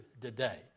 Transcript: today